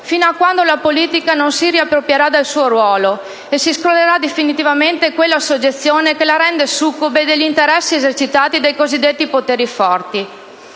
fino a quando la politica non si riapproprierà del suo ruolo e si scrollerà definitivamente quella soggezione che la rende succube degli interessi esercitati dai cosiddetti poteri forti.